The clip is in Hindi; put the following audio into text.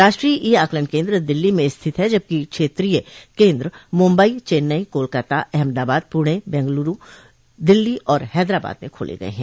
राष्ट्रीय ई आकलन केन्द्र दिल्ली में स्थित हैजबकि क्षेत्रीय केन्द्र मुम्बई चेन्नई कोलकाता अहमदाबाद पूणे बेंगलूरू दिल्ली और हैदराबाद में खोले गये हैं